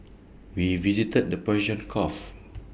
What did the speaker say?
we visited the Persian gulf